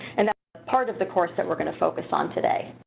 and that's part of the course that we're gonna focus on today.